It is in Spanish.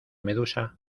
medusa